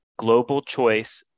globalchoice